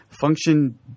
function